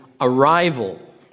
Arrival